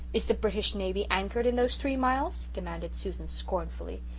is the british navy anchored in those three miles? demanded susan scornfully.